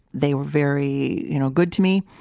they were very you know good to me,